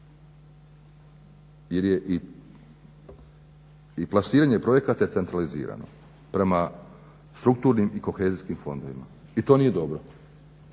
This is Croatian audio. Jer je plasiranje projekata centralizirano prema strukturnim i kohezijskim fondovima i to nije dobro.